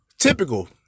Typical